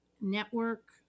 network